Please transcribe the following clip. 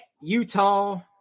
Utah